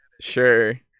Sure